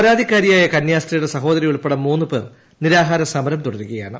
പരാതിക്കാരിയായ കന്യാസ്ത്രീയുടെ സഹോദരി ഉൾപ്പെടെ മൂന്നുപേർ നിരാഹാരസമരം തുടരുകയാണ്